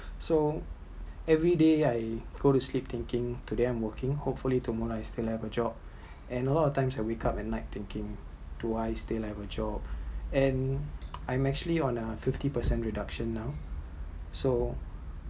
so everyday I go to sleep thinking today I’m working hopefully tomorrow I still have a job and all the times I wake up at night thinking do I still have a job and I’m actually on the fifty percent reduction now so